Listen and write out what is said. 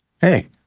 hey